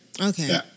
Okay